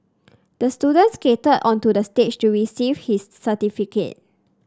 the student skated onto the stage to receive his certificate